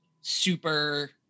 super